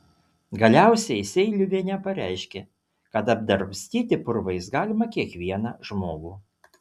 galiausiai seiliuvienė pareiškė kad apdrabstyti purvais galima kiekvieną žmogų